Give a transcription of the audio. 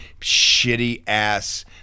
shitty-ass